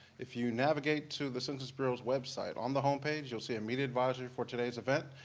if you navigate to the census bureau's website, on the home page, you'll see and media advisory for today's event.